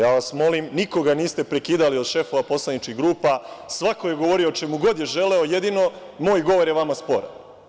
Nikoga niste prekidali od šefova poslaničkih grupa, svako je govorio o čemu god je želeo, jedino moj govor je vama sporan.